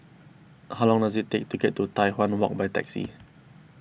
how long does it take to get to Tai Hwan Walk by taxi